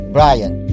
Brian